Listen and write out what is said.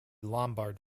lombard